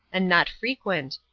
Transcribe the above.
and not frequent,